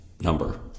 number